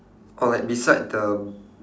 alright beside the